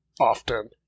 often